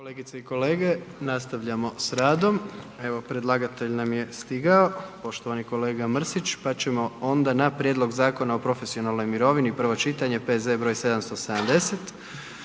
kolegice i kolege, nastavljamo s radom. Evo, predlagatelj nam je stigao, poštovani kolega Mrsić, pa ćemo onda na: - Prijedlog Zakona o profesionalnoj mirovini, prvo čitanje, P.Z. br. 770.;